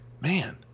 man